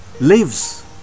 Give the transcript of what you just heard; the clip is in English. lives